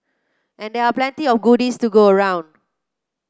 and there are plenty of goodies to go around